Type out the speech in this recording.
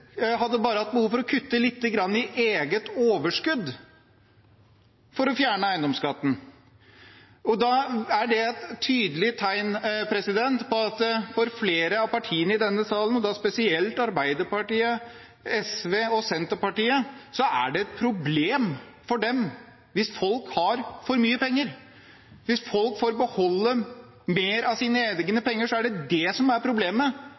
hadde bare hatt behov for å kutte lite grann i eget overskudd for å fjerne eiendomsskatten. Da er det et tydelig tegn på at det for flere av partiene i denne salen, og spesielt for Arbeiderpartiet, SV og Senterpartiet, er et problem hvis folk har for mye penger. Hvis folk får beholde mer av sine egne penger, er det det som er problemet,